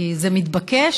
כי זה מתבקש,